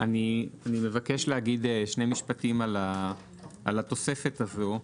אני מבקש לומר שני משפטים על התופסת הזאת.